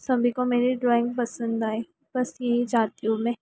सभी को मेरी ड्राइंग पसंद आए बस यही चाहती हूँ मैं